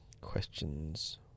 Questions